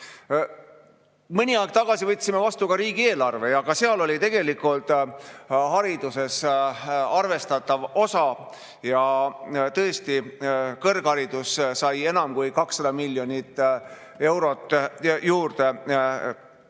aeg tagasi võtsime vastu riigieelarve ja ka seal oli tegelikult haridusel arvestatav osa. Tõesti, kõrgharidus sai enam kui 200 miljonit eurot juurde.